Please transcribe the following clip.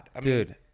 Dude